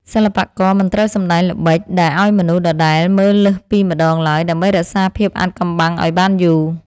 សិល្បករមិនត្រូវសម្តែងល្បិចដដែលឱ្យមនុស្សដដែលមើលលើសពីម្តងឡើយដើម្បីរក្សាភាពអាថ៌កំបាំងឱ្យបានយូរ។